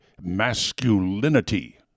masculinity